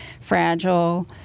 fragile